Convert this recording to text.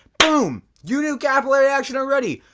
boom! you knew capillary action already!